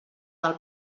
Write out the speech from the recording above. del